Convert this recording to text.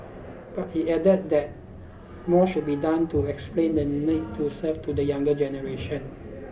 but he added that more should be done to explain the need to serve to the younger generation